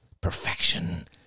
perfection